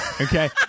Okay